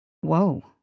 Whoa